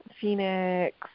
Phoenix